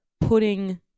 putting